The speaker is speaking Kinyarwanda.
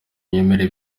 myemerere